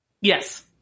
Yes